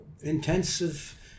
intensive